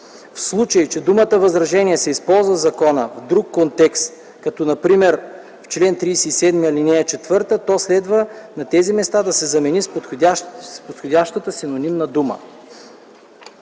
В случай, че думата „възражение” се използва в закона в друг контекст, като например в чл. 37, ал. 4, то следва на тези места да се замени с подходяща синонимна дума.